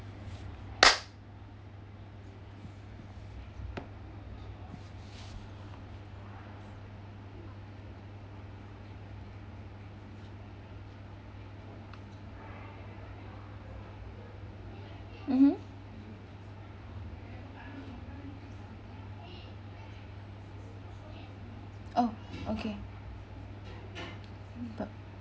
mmhmm oh okay